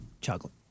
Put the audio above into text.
Chocolate